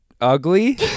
ugly